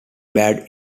bad